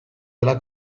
dela